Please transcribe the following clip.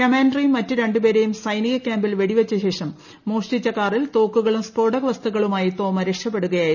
കമാൻഡറെയും മറ്റ് രണ്ട് പേരെയും സൈനിക കൃാംപിൽ വെടിവച്ചശേഷം മോഷ്ടിച്ച കാറിൽ തോക്കുകളും സ്ഫോടകവസ്തുക്കളുമായി തോമ്മ രക്ഷപ്പെടുകയായിരുന്നു